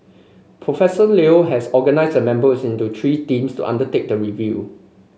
Professor Leo has organised the members into three teams to undertake the review